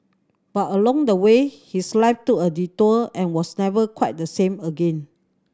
but along the way his life took a detour and was never quite the same again